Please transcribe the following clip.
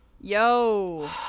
Yo